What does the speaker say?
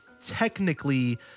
technically